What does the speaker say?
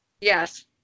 Yes